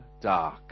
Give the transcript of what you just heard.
dark